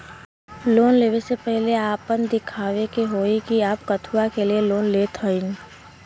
Loan ले वे से पहिले आपन दिखावे के होई कि आप कथुआ के लिए लोन लेत हईन?